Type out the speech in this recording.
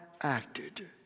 acted